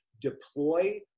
deploy